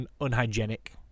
unhygienic